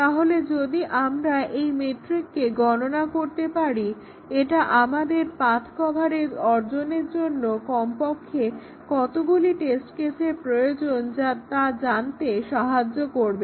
তাহলে যদি আমরা McCabe's মেট্রিককে গণনা করতে পারি এটা আমাদেরকে পাথ কভারেজ অর্জনের জন্য কমপক্ষে কতগুলি টেস্ট কেসের প্রয়োজন তা জানতে সাহায্য করবে